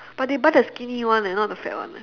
but they buy the skinny one eh not the fat one eh